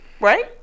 right